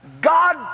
God